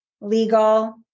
legal